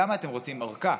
למה אתם רוצים ארכה?